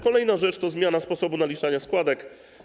Kolejna rzecz to zmiana sposobu naliczania składek.